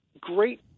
great